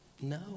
No